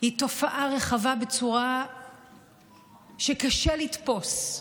היא תופעה רחבה בצורה שקשה לתפוס.